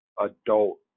adult